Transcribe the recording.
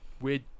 weird